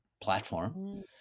platform